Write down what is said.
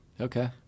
Okay